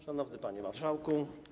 Szanowny Panie Marszałku!